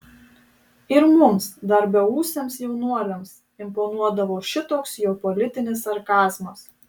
ir mums dar beūsiams jaunuoliams imponuodavo šitoks jo politinis sarkazmas